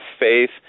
faith